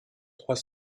trois